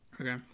Okay